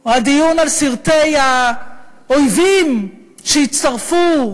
או הדיון על סרטי האויבים שהצטרפו,